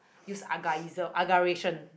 use aga~ agaration